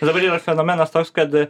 ir dabar yra fenomenas toks kad